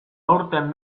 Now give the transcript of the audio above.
aurten